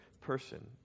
person